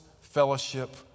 fellowship